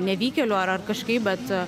nevykėliu ar ar kažkaip bet